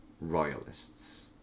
royalists